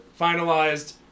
finalized